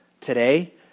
today